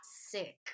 sick